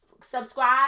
Subscribe